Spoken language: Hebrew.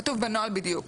כתוב בנוהל בדיוק.